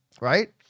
right